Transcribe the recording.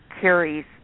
carries